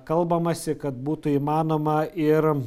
kalbamasi kad būtų įmanoma ir